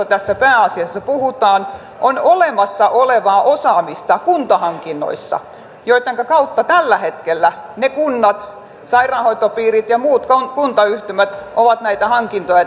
tässä pääasiassa puhutaan on olemassa olevaa osaamista kuntahankinnoissa joittenka kautta tällä hetkellä kunnat sairaanhoitopiirit ja muut kuntayhtymät ovat näitä hankintoja